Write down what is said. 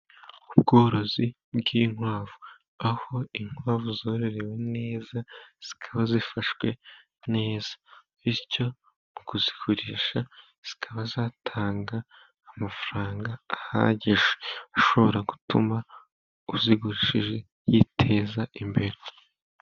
Ubworozi bw'inkwavu. Aho inkwavu zororerewe neza, zikaba zifashwe neza. Bityo mu kuzigurisha zikaba zatanga amafaranga ahagije, ashobora gutuma uzigurishije yiteza imbere.